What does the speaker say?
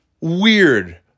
Weird